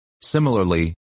Similarly